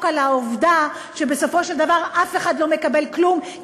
על העובדה שבסופו של דבר אף אחד לא מקבל כלום,